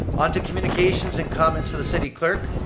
on to communications and comments to the city clerk.